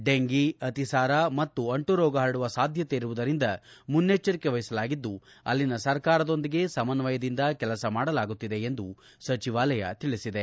ಡೆಂಫಿ ಅತಿಸಾರ ಮತ್ತು ಅಂಟುರೋಗ ಹರಡುವ ಸಾಧ್ಯತೆ ಇರುವುದರಿಂದ ಮುನ್ನೆಚ್ಚರಿಕೆ ವಹಿಸಲಾಗಿದ್ದು ಅಲ್ಲಿನ ಸರ್ಕಾರದೊಂದಿಗೆ ಸಮನ್ವಯದಿಂದ ಕೆಲಸ ಮಾಡಲಾಗುತ್ತಿದೆ ಎಂದು ಸಚಿವಾಲಯ ತಿಳಿಸಿದೆ